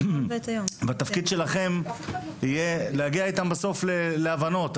התפקיד שלכם יהיה להגיע איתם בסוף להבנות,